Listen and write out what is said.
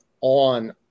on